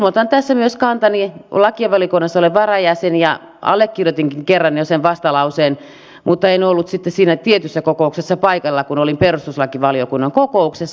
ilmoitan tässä myös kantani olen varajäsen lakivaliokunnassa ja allekirjoitinkin kerran jo sen vastalauseen mutta en ollut sitten siinä tietyssä kokouksessa paikalla kun olin perustuslakivaliokunnan kokouksessa